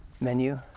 menu